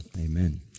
amen